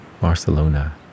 Barcelona